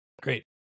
Great